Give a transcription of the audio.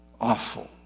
awful